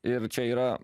ir čia yra